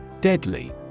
Deadly